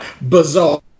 Bizarre